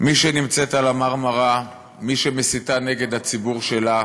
מי שנמצאת על ה"מרמרה", מי שמסיתה נגד הציבור שלה,